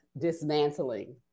dismantling